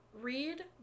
read